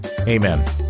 amen